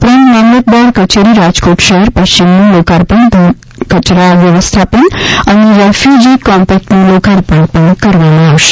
ઉપરાંત મામલતદાર કચેરી રાજકોટ શહેર પશ્ચિમનુ લોકાપર્ણ ધન કચરા વ્યવસ્થાપન અર્થે રેફયુજી કોમ્પેકટનુ લોકાપર્ણ પણ કરવામાં આવશે